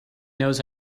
knows